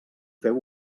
feu